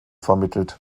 vermittelt